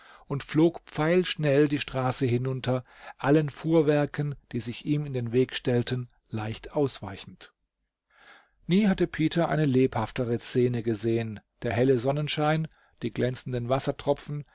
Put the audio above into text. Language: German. und flog pfeilschnell die straße hinunter allen fuhrwerken die sich ihm in den weg stellten leicht ausweichend nie hatte peter eine lebhaftere szene gesehen der helle sonnenschein die glänzenden wassertropfen